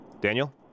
Daniel